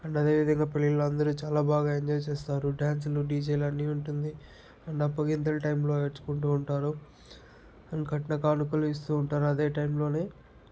and అదేవిధంగా పెళ్ళిలో అందరూ చాలా బాగా ఎంజాయ్ చేస్తారు డ్యాన్సులు డిజేలు అన్ని ఉంటుంది అండ్ అప్పగింతలు టైంలో ఏడ్చుకుంటూ ఉంటారు అండ్ కట్న కానుకలు ఇస్తూ ఉంటారు అదే టైంలోనే